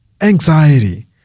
Anxiety